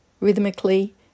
Rhythmically